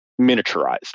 miniaturized